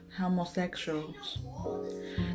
homosexuals